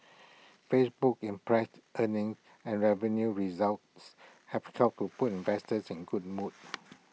Facebook's impress earnings and revenue results have helped to put investors in good mood